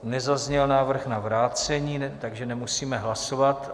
Nezazněl návrh na vrácení, takže nemusíme hlasovat.